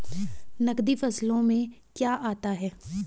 नकदी फसलों में क्या आता है?